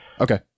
Okay